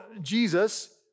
Jesus